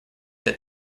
that